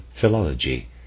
philology